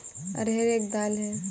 अरहर एक दाल है